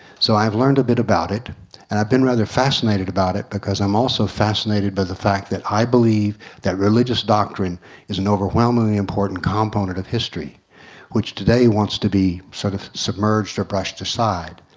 so i've learned a bit about it and i've been rather fascinated about it because i'm also fascinated by the fact that i believe that religious doctrine is an overwhelmingly important component of history which today wants to be sort of submerged or brushed aside.